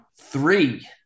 three